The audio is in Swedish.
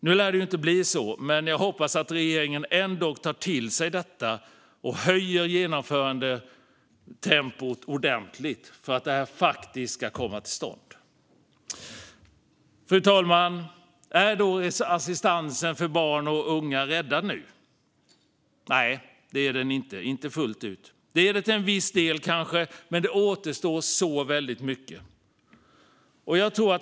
Nu lär det inte bli så, men jag hoppas att regeringen ändock tar till sig detta och höjer genomförandetempot ordentligt så att reformen faktiskt kommer till stånd. Fru talman! Är assistansen för barn och unga nu räddad? Nej, det är den inte fullt ut. Till en viss del kanske, men mycket återstår.